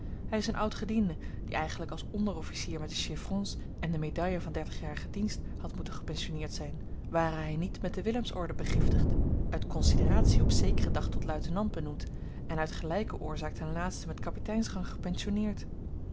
hij is een oud gediende die eigenlijk als onderofficier met de chêvrons en de medaille van dertigjarigen dienst had moeten gepensionneerd zijn ware hij niet met de willemsorde begiftigd uit consideratie op zekeren dag tot luitenant benoemd en uit gelijke oorzaak ten laatste met kapiteinsrang gepensionneerd